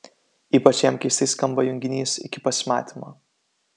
ypač jam keistai skamba junginys iki pasimatymo